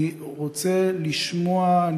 אני רוצה לשמוע,